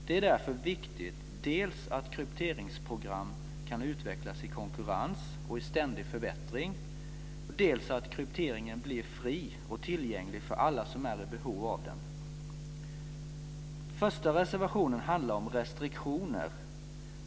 Det är därför viktigt dels att krypteringsprogram kan utvecklas i konkurrens och i ständig förbättring, dels att krypteringen blir fri och tillgänglig för alla som är i behov av den. Första reservationen handlar om restriktioner.